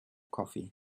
coffee